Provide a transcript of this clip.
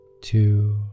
two